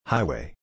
Highway